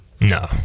no